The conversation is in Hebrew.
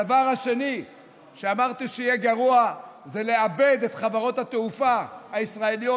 הדבר השני שאמרתי שיהיה גרוע הוא לאבד את חברות התעופה הישראליות,